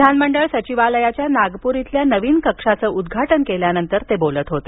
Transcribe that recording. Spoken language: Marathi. विधानमंडळ सचिवालयाच्या नागपूर इथल्या नवीन कक्षाचं उद्घाटन केल्यानंतर ते बोलत होते